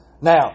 Now